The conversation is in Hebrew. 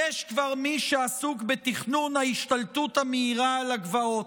יש כבר מי שעסוק בתכנון ההשתלטות המהירה על הגבעות.